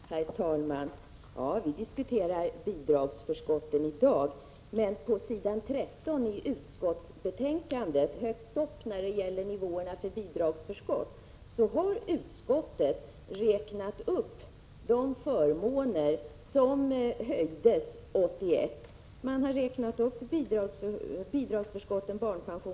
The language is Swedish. Prot. 1986/87:50 Herr talman! Ja, vi diskuterar bidragsförskotten i dag, men på s. 13 i 16 december 1986 utskottsbetänkandet talar man om nivåerna för bidragsförskott, och därhar ZH Tidsbegränsning av an utskottet räknat upp de förmåner som förbättrades 1981. Då höjdes nivåerna led a en.